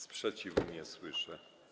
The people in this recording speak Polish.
Sprzeciwu nie słyszę.